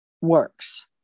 works